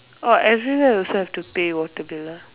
orh everywhere also have to pay water bill ah